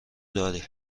درای